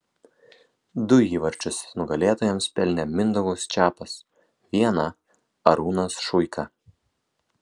du įvarčius nugalėtojams pelnė mindaugas čepas vieną arūnas šuika